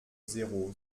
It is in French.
zéro